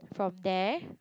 from there